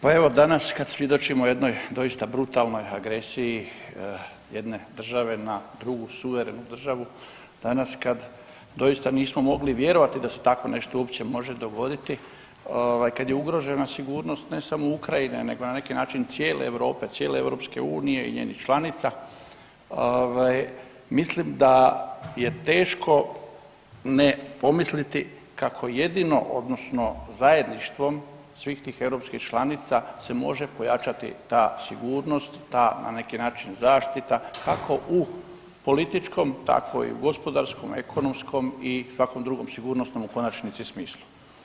Pa evo danas kad svjedočimo jednoj doista brutalnoj agresiji jedne države na drugu suverenu državu, danas kad doista nismo mogli vjerovati da se tako nešto uopće može dogoditi, kad je ugrožena sigurnost ne samo Ukrajine nego na neki način cijele Europe, cijele EU i njenih članica, mislim da je teško ne pomisliti kako jedino odnosno zajedništvom svih tih europskih članica se može pojačati ta sigurnost ta na neki način zaštita tako u političkom tako i u gospodarskom, ekonomskom i svakom drugom sigurnosnom u konačnici smislu.